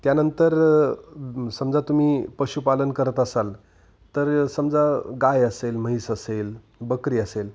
त्यानंतर समजा तुम्ही पशुपालन करत असाल तर समजा गाय असेल म्हैस असेल बकरी असेल